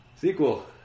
Sequel